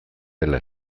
dela